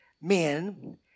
men